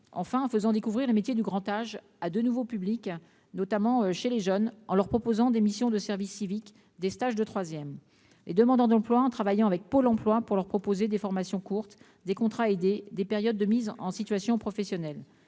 aussi de faire découvrir les métiers du grand âge à de nouveaux publics, notamment les jeunes, en leur proposant des missions de service civique et des stages de troisième, et les demandeurs d'emploi, en travaillant avec Pôle emploi pour leur proposer des formations courtes, des contrats aidés, des périodes de mise en situation professionnelle.